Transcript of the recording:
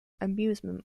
amusement